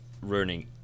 ruining